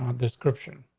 um description.